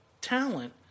talent